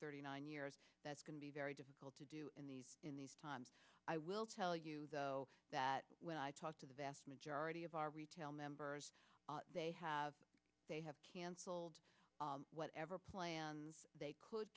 thirty nine years that's going to be very difficult to do in these in these times i will tell you though that when i talked to the vast majority of our retail members they have they have cancelled whatever plans they could